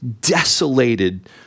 desolated